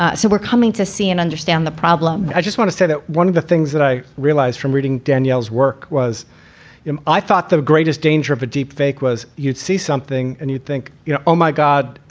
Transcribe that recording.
ah so we're coming to see and understand the problem i just want to say that one of the things that i realized from reading danielle's work was you know i thought the greatest danger of a deep fake was you'd see something and you think, you know, oh, my god,